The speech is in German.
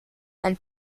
ein